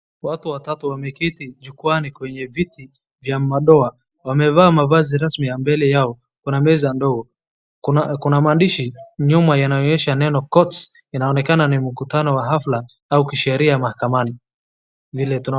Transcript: Watu watatu wameketi jukwaani kwenye viti vya madoa. Wamevaa mavazi rasmi ya mbele yao kuna meza ndogo. Kuna maandishi nyuma yanayoonyesha neno courts . Inaonekana ni mkutano wa hafla au kisheria mahakamani. vile tunao.